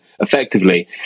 effectively